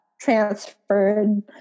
Transferred